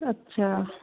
ਅੱਛਾ